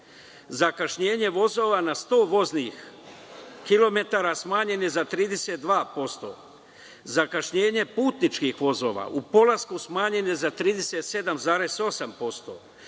Zakašnjenje vozova na 100 voznih kilometara smanjeno je za 32%. Zakašnjenje putničkih vozova u polasku smanjeno je za 37,8%.